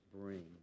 bring